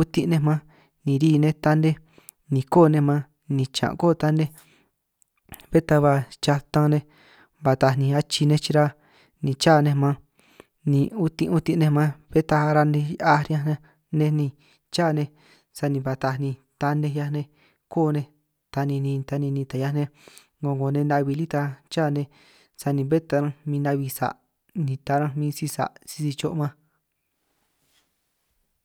utin' nej man ni ri nej tanej ni koo nej man ni chiñan' koo tanej bé ta ba chatan nej ba taaj ni achi nej chira ni cha nej man, ni utin' utin' nej man bé taj ara nej hia'aj riñanj nej ni cha nej sani ba taaj, ni tanej 'hiaj nej koo nej ta ninin ta ninin ta 'hiaj nej 'ngo 'ngo nej na'bi lí ta cha nej, sani bé ta min na'bi sa' ni taran'an min si sa' si cho man.